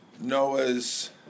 Noah's